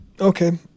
Okay